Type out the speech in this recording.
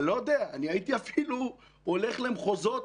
אני לא יודע, אני הייתי אפילו הולך למחוזות,